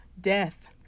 death